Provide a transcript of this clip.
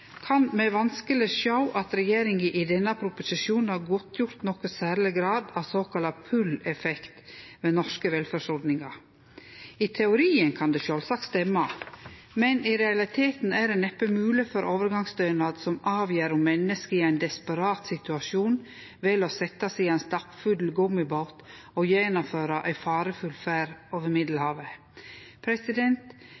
kan me vanskeleg sjå at regjeringa i denne proposisjonen har godtgjort nokon særleg grad av såkalla «pull»-effekt med norske velferdsordningar. I teorien kan det sjølvsagt stemme, men i realiteten er det neppe mogleg at det er overgangsstønad som avgjer om menneske i ein desperat situasjon vel å setje seg i ein stappfull gummibåt og gjennomføre ei farefull ferd over